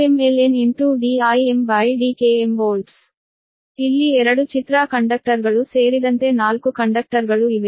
ಆದ್ದರಿಂದ ಇಲ್ಲಿ 2 ಚಿತ್ರ ಕಂಡಕ್ಟರ್ಗಳು ಸೇರಿದಂತೆ 4 ಕಂಡಕ್ಟರ್ಗಳು ಇವೆ